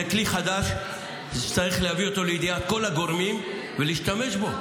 זה כלי חדש שצריך להביא אותו לידיעת כל הגורמים ולהשתמש בו.